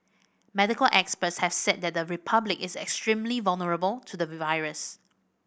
medical experts have said that the Republic is extremely vulnerable to the virus